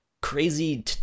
crazy